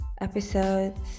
episodes